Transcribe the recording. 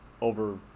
over